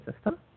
system